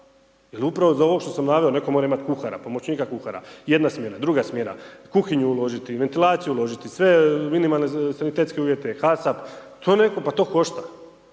jer upravo iz ovoga što sam naveo netko mora imati kuhara, pomoćnika kuhara jedna smjena, druga smjena, u kuhinju uložiti, u ventilaciju uložiti, sve minimalne sanitetske uvjete HASAP, pa to košta.